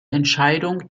entscheidung